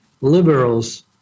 liberals